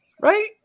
right